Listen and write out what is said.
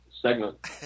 segment